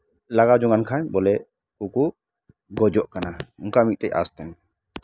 ᱞᱟᱜᱟ ᱡᱚᱝᱟᱱ ᱠᱷᱟᱱ ᱵᱚᱞᱮ ᱩᱱᱠᱩ ᱜᱚᱡᱚᱜ ᱠᱟᱱᱟ ᱚᱱᱠᱟ ᱢᱤᱫᱴᱮᱡ ᱟᱥ ᱛᱟᱦᱮᱸᱱᱟ